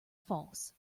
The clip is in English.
false